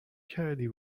کردی